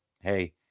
Hey